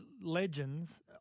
legends